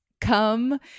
come